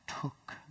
took